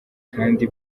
kandi